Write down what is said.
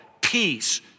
peace